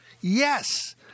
Yes